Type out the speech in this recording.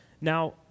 Now